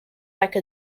like